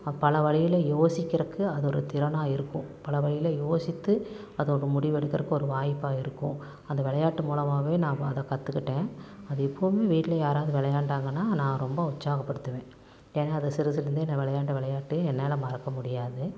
பல வழியில் யோசிக்கிறதுக்கு அது ஒரு திறனாக இருக்கும் பல வழியில் யோசித்து அது ஒரு முடிவெடுக்கிறக்கு வாய்ப்பாக இருக்கும் அந்த விளையாட்டு மூலமாகவே நான் அதை கற்றுக்கிட்டேன் அது இப்பவுமே வீட்டில் யாராவது விளையாண்டாங்கனால் நான் ரொம்ப உற்சாக படுத்துவேன் ஏன்னால் அது சிறுசுலேருந்தே நான் விளையாண்ட விளையாட்டு என்னால் மறக்க முடியாது